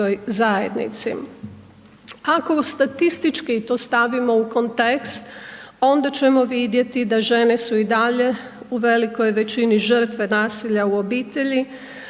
Ako i statistički to stavimo u kontekst, onda ćemo vidjeti da žene su i dalje u velikoj većini žrtve nasilja u obitelji,